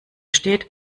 steht